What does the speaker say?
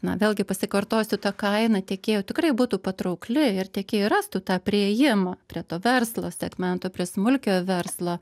na vėlgi pasikartosiu ta kaina tiekėjo tikrai būtų patraukli ir tiekėjai rastų tą priėjimą prie to verslo segmento prie smulkiojo verslo